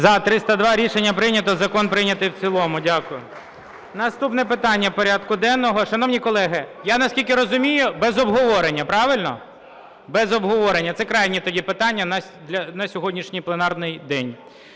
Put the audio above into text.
За-302 Рішення прийнято. Закон прийнятий в цілому. Дякую. Наступне питання порядку денного. Шановні колеги, я наскільки розумію, без обговорення, правильно? Без обговорення. Це крайнє тоді питання на сьогоднішній пленарний день.